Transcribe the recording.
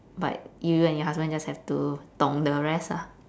but you and your husband just have to dong the rest ah